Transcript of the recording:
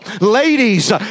ladies